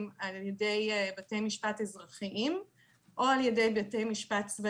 על ידי בתי משפט אזרחיים או צבאיים.